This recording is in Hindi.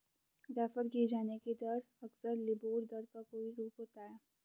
रेफर किये जाने की दर अक्सर लिबोर दर का कोई रूप होता है